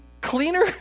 cleaner